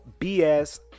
bs